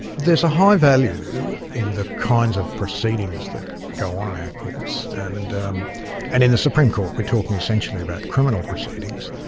there's a high value in the kinds of proceedings that go on in our courts, and um and in the supreme court we're talking essentially about criminal proceedings.